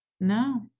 No